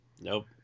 Nope